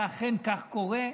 ואכן כך קורה,